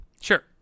Sure